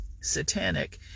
satanic